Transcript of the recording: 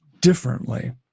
differently